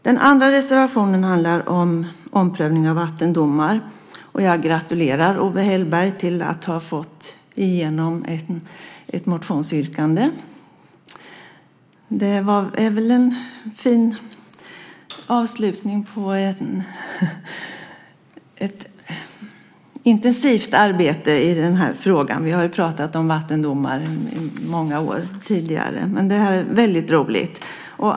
Den andra reservationen handlar om omprövning av vattendomar. Jag gratulerar Owe Hellberg till att ha fått igenom ett motionsyrkande. Det är väl en fin avslutning på ett intensivt arbete i den här frågan. Vi har ju pratat om vattendomar under många år tidigare. Det här är väldigt roligt.